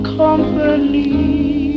company